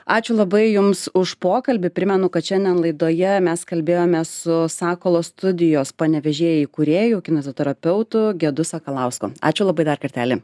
ačiū labai jums už pokalbį primenu kad šiandien laidoje mes kalbėjomės su sakalo studijos panevėžyje įkūrėju kineziterapeutu gedu sakalausku ačiū labai dar kartelį